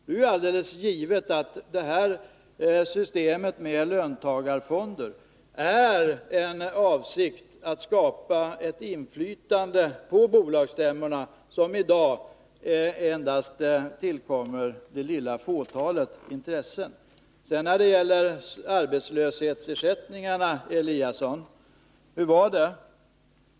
Det är alldeles givet att avsikten med systemet med löntagarfonder är att på bolagsstämmorna skapa ett inflytande som i dag endast tillkommer ett litet fåtal. Hur är det nu med arbetslöshetsersättningarna, Ingemar Eliasson?